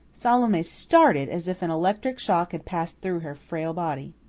salome started as if an electric shock had passed through her frail body.